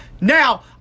Now